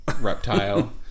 Reptile